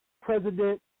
President